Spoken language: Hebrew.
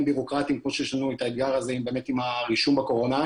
בירוקרטיים כמו שיש לנו את האתגר הזה עם הרישום בקורונה.